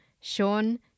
Sean